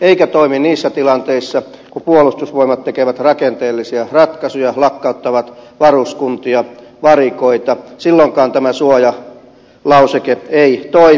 eikä se toimi niissä tilanteissa kun puolustusvoimat tekee rakenteellisia ratkaisuja lakkauttaa varuskuntia varikoita silloinkaan tämä suojalauseke ei toimi